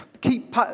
Keep